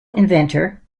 inventor